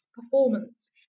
performance